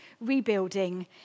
rebuilding